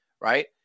right